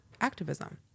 activism